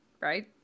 Right